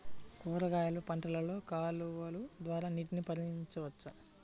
కూరగాయలు పంటలలో కాలువలు ద్వారా నీటిని పరించవచ్చా?